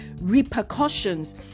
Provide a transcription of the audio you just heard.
repercussions